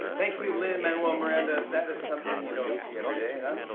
thank you, lin-manuel miranda. that is something you don't see every day, huh?